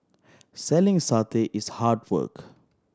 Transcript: selling satay is hard work